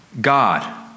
God